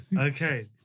Okay